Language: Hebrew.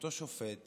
שאותו שופט